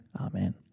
Amen